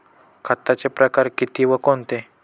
खताचे प्रकार किती व कोणते?